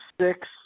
six